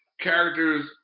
characters